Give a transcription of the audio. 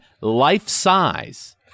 life-size